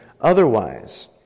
otherwise